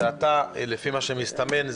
שאתה לפי מה שמסתמן,